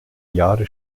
jahre